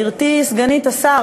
גברתי סגנית השר.